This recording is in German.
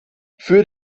für